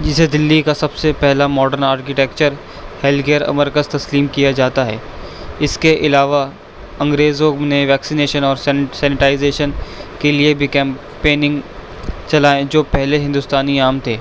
جسے دلی کا سب سے پہلا ماڈرن آرکیٹکچر ہیلتھ کیئر مرکز تسلیم کیا جاتا ہے اس کے علاوہ انگریزوں نے ویکسینیشن اور سینیٹائزیشن کے لیے بھی کیمپیننگ چلائیں جو پہلے ہندوستانی عام تھے